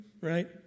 right